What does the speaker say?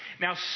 Now